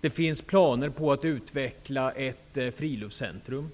Det finns planer på att utveckla ett friluftscentrum.